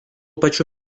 pačių